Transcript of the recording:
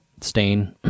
stain